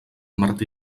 martí